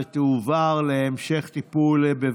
התשפ"ב 2022,